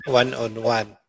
one-on-one